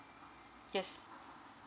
yes